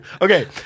Okay